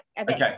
okay